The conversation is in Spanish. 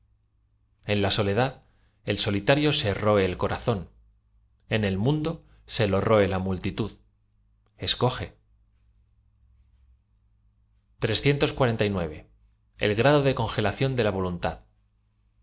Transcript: en la soledad el solitario se roe el corazón en si mundo se lo roe la multitud l scogel l grado de congelación de la voluntad